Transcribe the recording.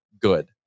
good